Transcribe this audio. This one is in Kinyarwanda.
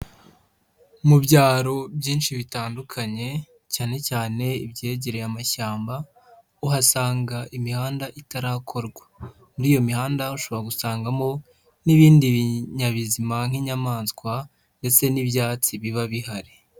Mu byaro byinshi bitandukanye cyane cyane ibyegereye amashyamba uhasanga imihanda itarakorwa, muri iyo mihanda ushobora gusangamo n'ibindi binyabizima nk'inyamaswa ndetse n'ibyatsi biba bihari.